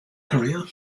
career